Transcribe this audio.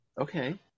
Okay